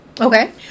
Okay